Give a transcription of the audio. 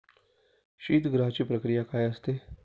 शीतगृहाची प्रक्रिया काय असते?